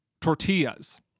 tortillas